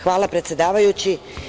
Hvala predsedavajući.